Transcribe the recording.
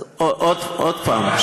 אז עוד פעם,